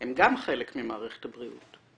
הם גם חלק ממערכת הבריאות.